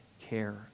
care